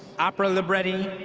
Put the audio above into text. opera, libretti,